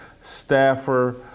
staffer